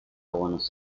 buenos